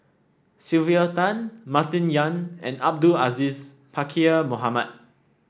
Sylvia Tan Martin Yan and Abdul Aziz Pakkeer Mohamed